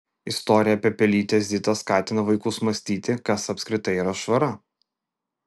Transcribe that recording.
istorija apie pelytę zitą skatina vaikus mąstyti kas apskritai yra švara